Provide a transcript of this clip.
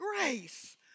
grace